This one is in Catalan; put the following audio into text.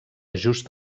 just